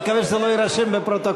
נקווה שזה לא יירשם בפרוטוקול.